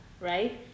right